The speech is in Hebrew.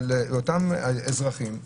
לאותם אזרחים.